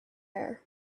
air